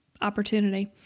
opportunity